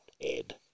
Ed